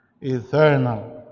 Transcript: eternal